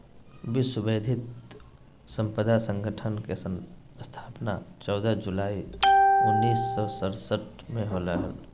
विश्व बौद्धिक संपदा संगठन के स्थापना चौदह जुलाई उननिस सो सरसठ में होलय हइ